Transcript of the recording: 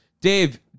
Dave